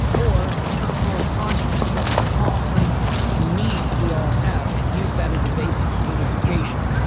or become more conscious about the common needs we all have and use that as a basis of unification.